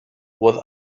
was